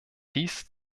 dies